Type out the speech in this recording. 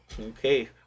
okay